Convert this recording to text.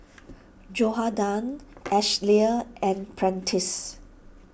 Johathan Ashlea and Prentiss